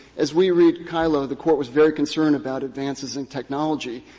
as we read kyllo, the court was very concerned about advances in technology,